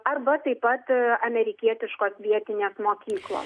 arba taip pat amerikietiškos vietinės mokyklos